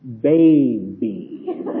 baby